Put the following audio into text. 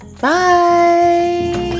Bye